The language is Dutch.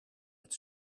het